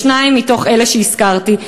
בשניים מתוך אלה שהזכרתי.